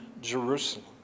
Jerusalem